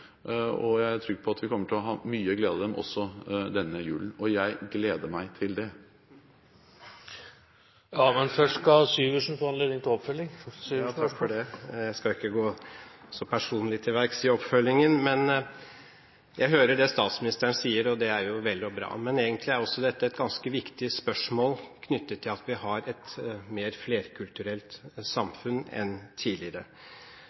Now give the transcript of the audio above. Jeg tror vi kommer til å ha mye glede av dem også i denne julen, og jeg gleder meg til det. Hans Olav Syversen – til oppfølgingsspørsmål. Jeg skal ikke gå så personlig til verks i oppfølgingen, men jeg hører det statsministeren sier, og det er vel og bra. Men egentlig er også dette et ganske viktig spørsmål knyttet til at vi har et mer flerkulturelt samfunn enn tidligere.